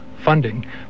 funding